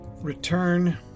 return